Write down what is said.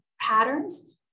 patterns